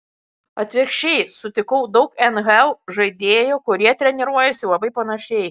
atvirkščiai sutikau daug nhl žaidėjų kurie treniruojasi labai panašiai